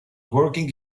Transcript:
working